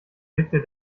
blickte